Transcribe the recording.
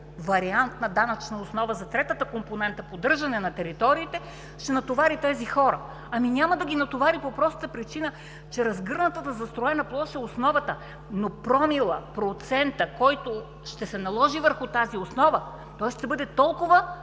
вариант на данъчна основа за третата компонента – поддържане на териториите, ще натовари тези хора“. Ами, няма да ги натовари, по простата причина че разгърнатата застроена площ е основата, но промилът, процентът, който ще се наложи върху тази основа, ще бъде толкова,